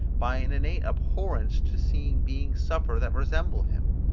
by an innate abhorrence to see beings suffer that resemble him.